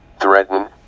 threaten